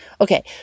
Okay